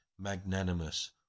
magnanimous